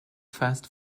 fast